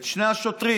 את שני השוטרים.